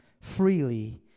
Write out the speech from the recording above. freely